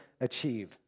achieve